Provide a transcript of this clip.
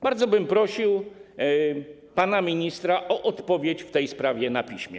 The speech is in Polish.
Bardzo bym prosił pana ministra o odpowiedź w tej sprawie na piśmie.